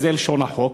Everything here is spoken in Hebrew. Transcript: זה לשון החוק.